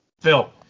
Phil